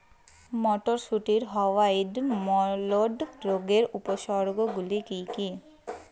মটরশুটির white mould রোগের উপসর্গগুলি কী কী?